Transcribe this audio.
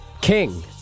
King